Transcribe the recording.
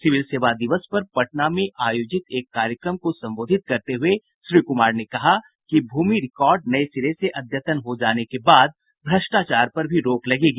civil सेवा दिवस पर पटना में आयोजित एक कार्यक्रम को संबोधित करते हुये श्री कुमार ने कहा कि भूमि रिकॉर्ड नये सिरे से अद्यतन हो जाने के बाद भ्रष्टाचार पर भी रोक लगेगी